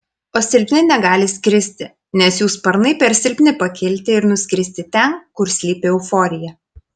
o silpni negali skristi nes jų sparnai per silpni pakilti ir nuskristi ten kur slypi euforija